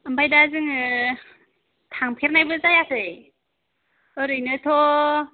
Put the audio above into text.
ओमफ्राय दा जोङो थांफेरनायबो जायाखै ओरैनोथ'